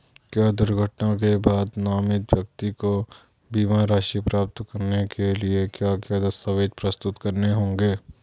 क्या दुर्घटना के बाद नामित व्यक्ति को बीमा राशि प्राप्त करने के लिए क्या क्या दस्तावेज़ प्रस्तुत करने होंगे?